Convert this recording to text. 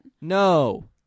no